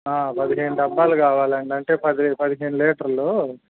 పదిహేను డెబ్బాలు కావాలండి అంటే పది పదిహేను లీటర్లు